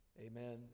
amen